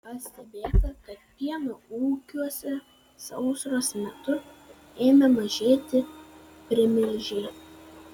pastebėta kad pieno ūkiuose sausros metu ėmė mažėti primilžiai